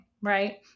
Right